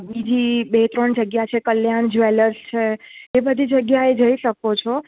બીજી બે ત્રણ જગ્યા છે કલ્યાણ જ્વેલર્સ છે એ બધી જગ્યાએ જઈ શકો છો